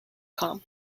com